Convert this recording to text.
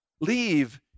leave